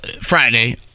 Friday